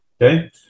okay